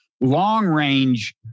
long-range